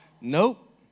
nope